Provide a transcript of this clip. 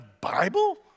Bible